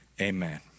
amen